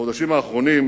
בחודשים האחרונים